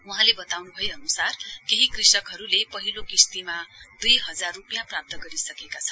वहाँले बताउन् भए अनुसार केही कृषकहरूले पहिलो किश्तीमा दुई हजार रूपियाँ प्राप्त गरिसकेका छन्